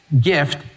gift